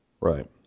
Right